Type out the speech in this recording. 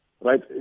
right